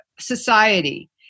society